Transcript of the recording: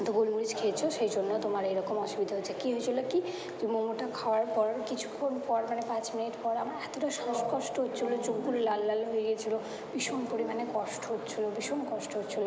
তো গোলমরিচ খেয়েছো সেই জন্য তোমার এই রকম অসুবিধা হচ্ছে কি হয়েছিলো কি তো মোমোটা খাওয়ার পর কিছুক্ষণ পর মানে পাঁচ মিনিট পর আমার এতোটা শ্বাসকষ্ট হচ্ছিলো চোখগুলো লাল লাল হয়ে গেছিলো ভীষণ পরিমাণে কষ্ট হচ্ছিলো ভীষণ কষ্ট হচ্ছিলো